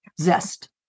zest